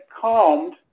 calmed